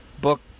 book